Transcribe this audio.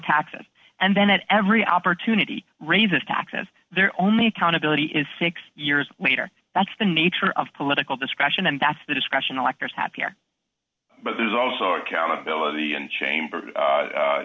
taxes and then at every opportunity raises taxes their only accountability is six years later that's the nature of political discussion and that's the discussion electors happier but there's also accountability and chamber